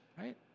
Right